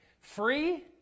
Free